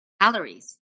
calories